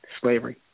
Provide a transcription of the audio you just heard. slavery